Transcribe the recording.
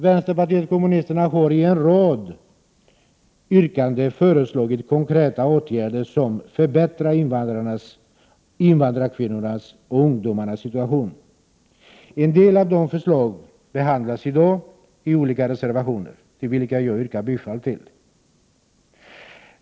Vänsterpartiet kommunisterna har i en rad yrkanden föreslagit konkreta åtgärder som förbättrar invandrarnas, invandrarkvinnor nas och ungdomarnas situation. En del av dessa förslag behandlas i dag i olika reservationer, till vilka jag yrkar bifall.